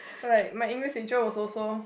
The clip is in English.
like my English teacher was also